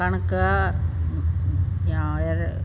कणिक या अहुरि